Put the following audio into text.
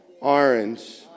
Orange